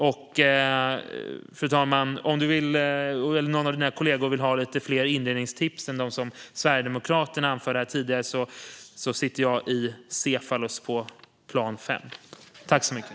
Om fru talmannen eller någon av hennes kollegor vill ha fler inredningstips än dem som Sverigedemokraterna tidigare gav sitter jag på plan 5 i Cephalus.